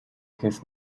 his